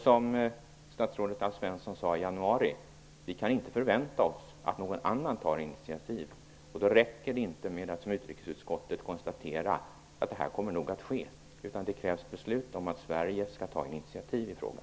Som statsrådet Alf Svensson sade i januari kan vi inte förvänta oss att någon annan tar initiativ. Då räcker det inte att, som utrikesutskottet gör, konstatera att det nog kommer att ske. Det krävs beslut om att Sverige skall ta initiativ i frågan.